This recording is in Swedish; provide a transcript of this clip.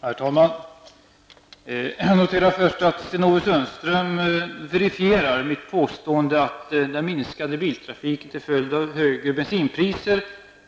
Herr talman! Jag noterar först att Sten-Ove Sundström verifierar mitt påstående att den minskade biltrafiken till följd av högre bensinpriser